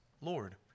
Lord